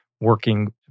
working